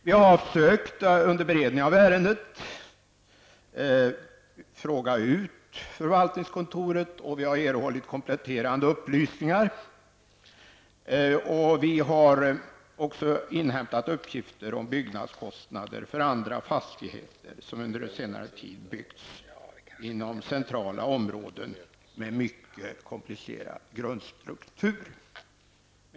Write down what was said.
Vi har under beredning av ärendet försökt fråga ut förvaltningskontoret och vi har erhållit kompletterande upplysningar. Vi har också inhämtat uppgifter om byggnadskostnader för jämförbara fastigheter som byggts under senare tid inom centrala områden med mycket komplicerad grundstruktur.